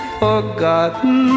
forgotten